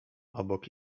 obok